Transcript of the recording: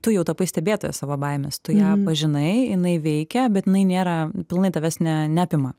tu jau tapai stebėtoja savo baimes tu ją pažinai jinai veikia bet jinai nėra pilnai tavęs ne neapima